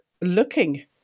looking